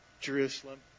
Jerusalem